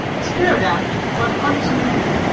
stared at, but unsaluted,